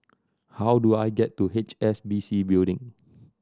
how do I get to H S B C Building